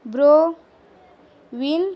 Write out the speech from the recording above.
پرو ول